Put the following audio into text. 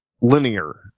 linear